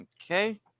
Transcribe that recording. okay